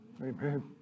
Amen